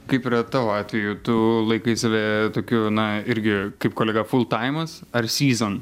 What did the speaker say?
kaip yra tavo atveju tu laikai save tokiu na irgi kaip kolega fultaimas ar syzon